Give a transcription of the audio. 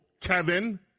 Kevin